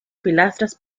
pilastras